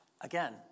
again